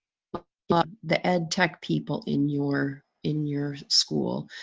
but but the edtech people in your in your school.